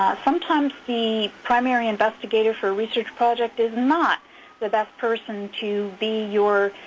ah sometimes the primary investigator for a research project is not the best person to be your